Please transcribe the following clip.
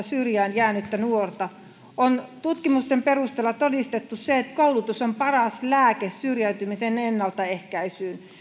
syrjään jäänyttä nuorta on tutkimusten perusteella todistettu se että koulutus on paras lääke syrjäytymisen ennaltaehkäisyyn